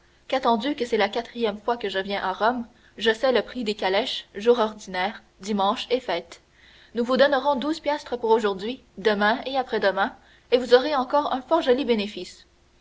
qu'attendu que c'est la quatrième fois que je viens à rome je sais le prix des calèches jours ordinaires dimanches et fêtes nous vous donnerons douze piastres pour aujourd'hui demain et après-demain et vous aurez encore un fort joli bénéfice